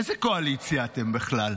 איזו קואליציה אתם בכלל?